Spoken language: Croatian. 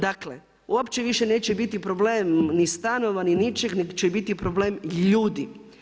Dakle, uopće više neće biti problem ni stanova ni ničeg, nego će biti problem ljudi.